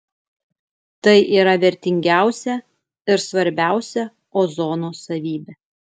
tai yra vertingiausia ir svarbiausia ozono savybė